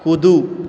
कूदू